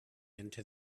into